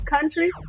country